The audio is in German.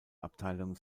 abteilung